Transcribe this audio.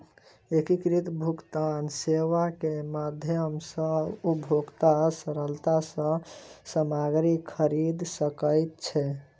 एकीकृत भुगतान सेवा के माध्यम सॅ उपभोगता सरलता सॅ सामग्री खरीद सकै छै